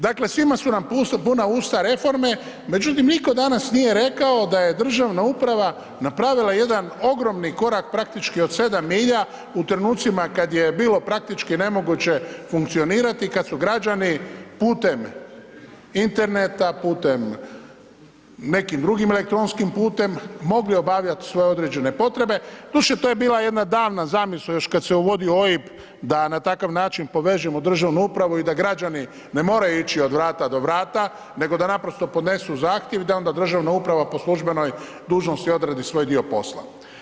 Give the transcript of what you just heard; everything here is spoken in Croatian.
Dakle, svi su nam puna usta reforme, međutim nitko danas nije rekao da je državna uprava napravila jedan ogromni korak praktički od 7 milja u trenucima kad je bilo praktički nemoguće funkcionirati, kad su građani putem interneta, putem, nekim drugim elektronskim putem mogli obavljati svoje određene potrebe, doduše to je bila jedna davna zamisao još kad se uvodio OIB da na takav način povežemo državnu upravu i da građani ne moraju ići od vrata do vrata nego da naprosto da podnesu zahtjev i onda da državna uprava po službenoj dužnosti odradi svoj dio posla.